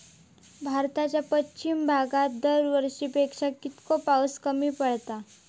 भारताच्या पश्चिम भागात दरवर्षी पेक्षा कीतको पाऊस कमी पडता?